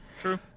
True